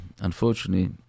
unfortunately